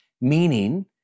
meaning